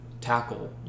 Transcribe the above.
tackle